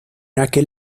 aquel